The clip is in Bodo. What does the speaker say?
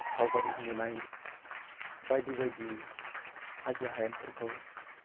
सावगारि नुनाय बायदि बायदि हाजो हायेनफोरखौ